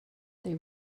they